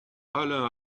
alain